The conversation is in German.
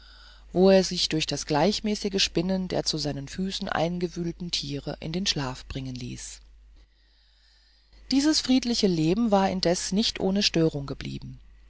wo er sich durch das gleichmäßige spinnen der zu seinen füßen eingewühlten tiere in den schlaf bringen ließ dieses friedliche leben war indes nicht ohne störung geblieben